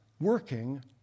working